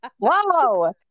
Whoa